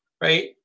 Right